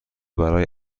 برای